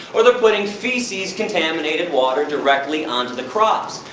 or they're putting feces contaminated water directly onto the crops.